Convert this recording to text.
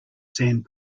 sand